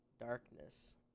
Darkness